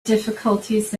difficulties